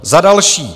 Za další.